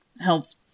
health